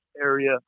area